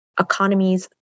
economies